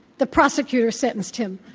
the prosecutor sentenced him.